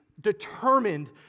determined